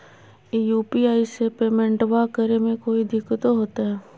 UPI से पेमेंटबा करे मे कोइ दिकतो होते?